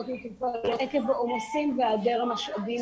מטופלות עקב העומסים והיעדר המשאבים,